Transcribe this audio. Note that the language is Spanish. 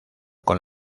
con